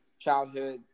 childhood